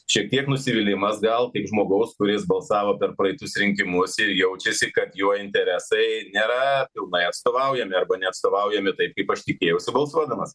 šiek tiek nusivylimas gal tik žmogaus kuris balsavo per praeitus rinkimus ir jaučiasi kad jo interesai nėra pilnai atstovaujami arba neatstovaujami taip kaip aš tikėjausi balsuodamas